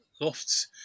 Lofts